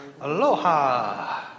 Aloha